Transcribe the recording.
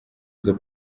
izo